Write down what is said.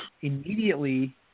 immediately